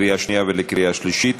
הוראת שעה) בקריאה שנייה ובקריאה שלישית.